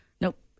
Nope